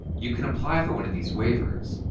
you can apply for one of these waivers.